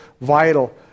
vital